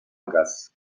hagas